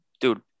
Dude